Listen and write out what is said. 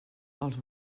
els